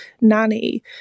nanny